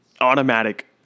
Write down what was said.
automatic